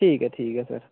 ठीक ऐ ठीक ऐ सर